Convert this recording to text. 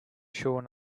sure